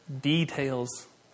details